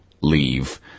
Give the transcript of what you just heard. leave